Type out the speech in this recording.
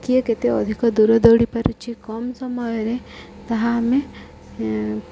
କିଏ କେତେ ଅଧିକ ଦୂର ଦୌଡ଼ିପାରୁଛି କମ୍ ସମୟରେ ତାହା ଆମେ